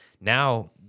Now